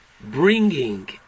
bringing